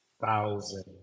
thousand